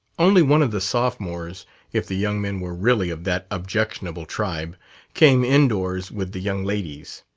only one of the sophomores if the young men were really of that objectionable tribe came indoors with the young ladies.